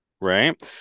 right